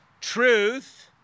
truth